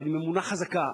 אבל עם אמונה חזקה,